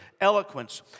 eloquence